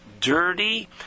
dirty